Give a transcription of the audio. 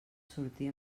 sortir